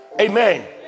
Amen